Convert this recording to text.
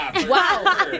Wow